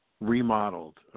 remodeled